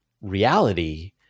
reality